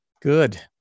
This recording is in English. Good